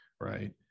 right